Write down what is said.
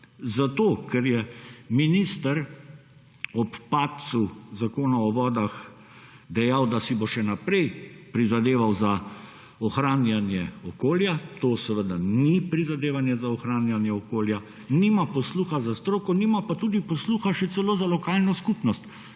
PM10. Ker je minister ob padcu Zakona o vodah dejal, da si bo še naprej prizadeval za ohranjanje okolja, to seveda ni prizadevanje za ohranjanje okolje, nima posluha za stroko, nima pa tudi posluha še celo za lokalno skupnost.